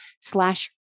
slash